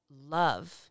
love